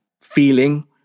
feeling